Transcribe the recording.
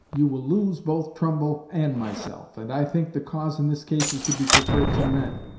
you will lose both trumbull and myself and i think the cause in this case is to be preferred to men